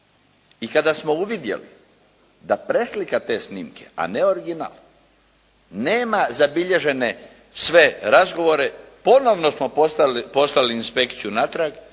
i kada smo uvidjeli da preslika te snimke, a ne original nema zabilježene sve razgovore ponovno smo poslali inspekciju natrag